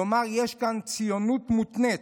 כלומר יש כאן ציונות מותנית,